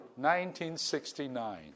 1969